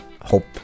hope